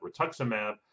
rituximab